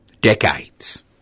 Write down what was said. Decades